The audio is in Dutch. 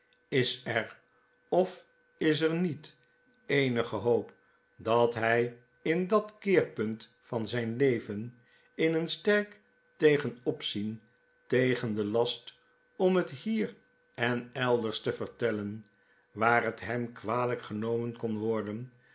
is er of is er niet eenige hoop dat hy in dat keerpunt van zyn leven in een sterk tegenopzien tegen den last om het hier en elders te vertellen waar het hem kwalyk genomen kon worden